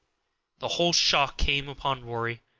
the whole shock came upon rory.